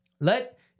Let